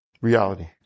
reality